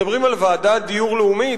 מדברים על ועדת דיור לאומית,